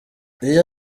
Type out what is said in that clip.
iyo